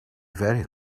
very